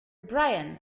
bryan